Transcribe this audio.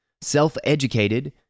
self-educated